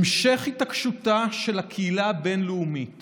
המשך התעקשותה של הקהילה הבין-לאומית